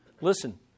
Listen